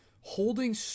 holding